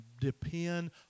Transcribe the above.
depend